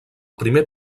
primer